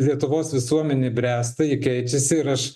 lietuvos visuomenė bręsta ji keičiasi ir aš